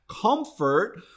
comfort